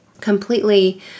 completely